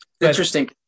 Interesting